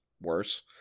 worse